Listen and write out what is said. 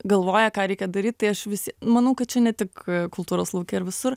galvoja ką reikia daryt tai aš vis manau kad čia ne tik kultūros lauke ir visur